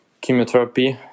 chemotherapy